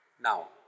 Now